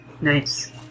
Nice